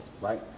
right